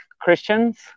Christians